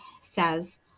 says